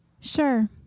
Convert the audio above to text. Sure